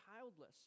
childless